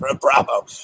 Bravo